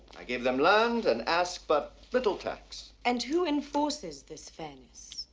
i give them land and ask but little tax. and who enforces this fairness?